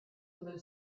blue